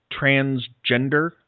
transgender